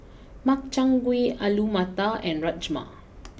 Makchang Gui Alu Matar and Rajma